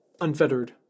unfettered